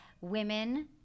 Women